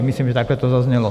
Myslím, že takhle to zaznělo.